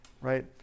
right